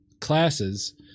classes